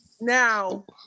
Now